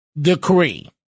decree